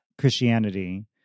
Christianity